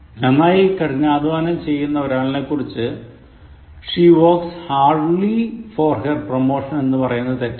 നന്നായി കഠിനാധ്വാനം ചെയ്യുന്ന ഒരാളെക്കുറിച്ച് She works hardly for her promotion എന്ന് പറയുന്നത് തെറ്റാണ്